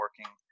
working